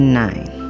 nine